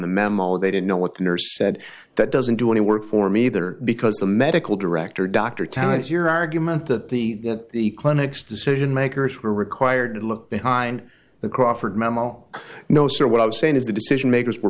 memo they didn't know what the nurse said that doesn't do any work for me either because the medical director dr tenet your argument that the that the clinics decision makers were required to look behind the crawford memo no sir what i'm saying is the decision makers were